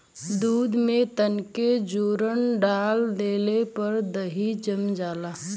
दूध में तनके जोरन डाल देले पर दही जम जाला